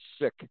sick